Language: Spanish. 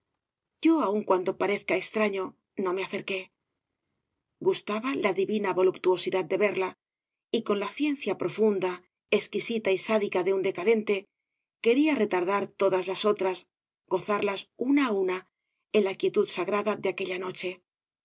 yo aun cuando parezca extraño no me acerqué gustaba la divina voluptuosidad de verla y con la ciencia profunda exquisita y sádica de un decadente quería retardar todas las otras gozarlas una á una en la quietud sagrada de aquella noche